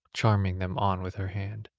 charming them on with her hand.